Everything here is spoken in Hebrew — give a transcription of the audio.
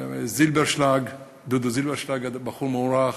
דודו זילברשלג, בחור מוערך,